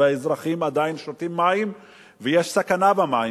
והאזרחים עדיין שותים מים, ויש סכנה במים.